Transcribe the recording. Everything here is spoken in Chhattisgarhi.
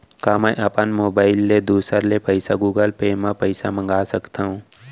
का मैं अपन मोबाइल ले दूसर ले पइसा गूगल पे म पइसा मंगा सकथव?